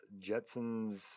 Jetsons